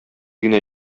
генә